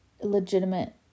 Legitimate